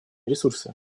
ресурсы